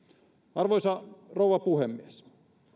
arvoisa rouva puhemies